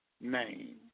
name